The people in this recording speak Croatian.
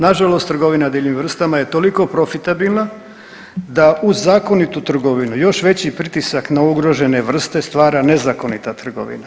Na žalost trgovina divljim vrstama je toliko profitabilna, da uz zakonitu trgovinu još veći pritisak na ugrožene vrste stvara nezakonita trgovina.